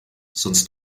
sonst